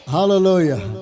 Hallelujah